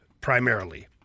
primarily